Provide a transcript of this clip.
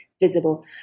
Visible